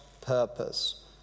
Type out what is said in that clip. purpose